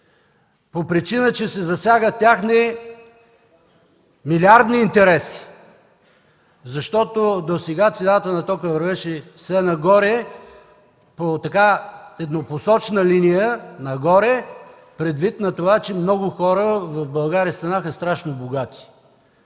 по причина, че се засягат техни милиардни интереси. Защото досега цената на тока вървеше все нагоре, по еднопосочна линия – нагоре, предвид на това, че много хора в България станаха страшно богати.